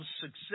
success